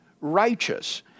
righteous